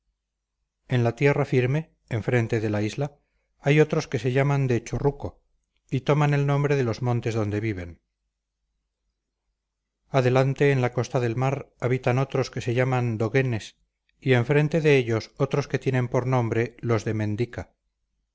en la tierra firme enfrente de la isla hay otros que se llaman de chorruco y toman el nombre de los montes donde viven adelante en la costa del mar habitan otros que se llaman doguenes y enfrente de ellos otros que tienen por nombre los de mendica